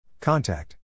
Contact